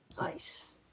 Nice